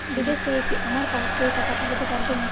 বিদেশ থেকে কি আমার পাশবইয়ে টাকা পাঠাতে পারবে?